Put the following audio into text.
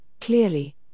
clearly